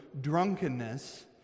drunkenness